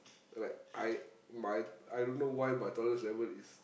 like I my I don't know why my tolerance level is